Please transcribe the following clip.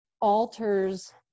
alters